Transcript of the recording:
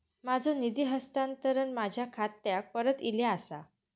माझो निधी हस्तांतरण माझ्या खात्याक परत इले आसा